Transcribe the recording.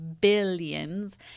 billions